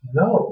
no